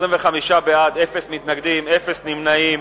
25 בעד, אין מתנגדים, אין נמנעים.